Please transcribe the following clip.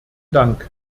dank